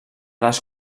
les